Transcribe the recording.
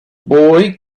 boy